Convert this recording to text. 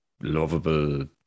Lovable